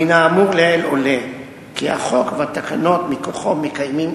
מן האמור לעיל עולה כי החוק והתקנות מכוחו מקיימים